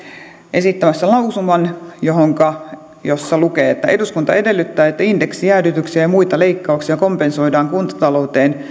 esittämässä lausuman jossa lukee että eduskunta edellyttää että indeksijäädytyksiä ja muita leikkauksia kompensoidaan kuntatalouteen